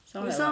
sound like a